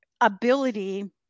ability